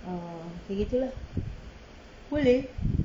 ah macam gitu lah boleh